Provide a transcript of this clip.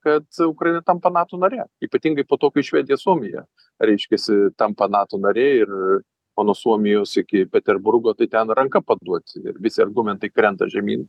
kad ukraina tampa nato nare ypatingai po to kai švedija suomija reiškiasi tampa nato nariai ir o nuo suomijos iki peterburgo tai ten ranka paduoti ir visi argumentai krenta žemyn